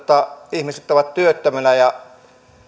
ihmiset ovat työttömänä ja